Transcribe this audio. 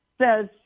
says